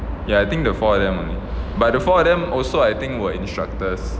ya I think the four of them only but the four of them also I think were instructors